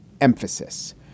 emphasis